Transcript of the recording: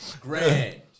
Grand